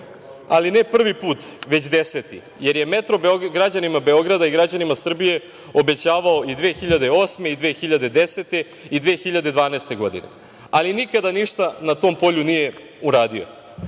ali ne prvi put, već deseti, jer je metro građanima Beograda i građanima Srbije obećavao i 2008. i 2010. i 2012. godine, ali nikada ništa na tom polju nije uradio. Ovde